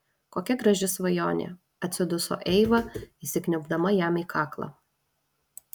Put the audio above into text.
kokia graži svajonė atsiduso eiva įsikniaubdama jam į kaklą